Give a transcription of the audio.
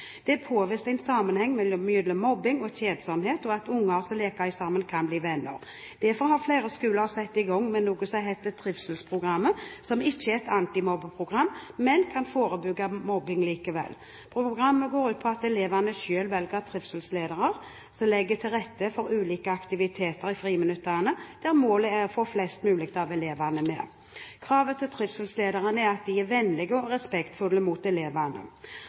Det er påvist en sammenheng mellom mobbing og kjedsomhet, og at unger som leker sammen, kan bli venner. Derfor har flere skoler satt i gang med noe som heter Trivselsprogrammet, som ikke er et antimobbeprogram, men som kan forebygge mobbing likevel. Programmet går ut på at elevene selv velger trivselsledere som legger til rette for ulike aktiviteter i friminuttene, der målet er å få flest mulig av elevene med. Kravet til trivselslederne er at de er vennlige og respektfulle mot elevene. Andre skoler igjen har kjøpt antimobbeprogrammer for få stoppet mobbingen. Men det